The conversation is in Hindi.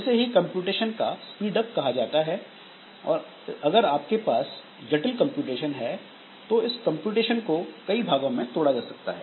इसे ही कंप्यूटेशन का स्पीड अप कहा जाता है और अगर आपके पास जटिल कंप्यूटेशन है तो इस कंप्यूटेशन को कई भागों में तोड़ा जा सकता है